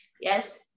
Yes